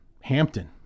Hampton